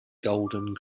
golden